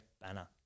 Banner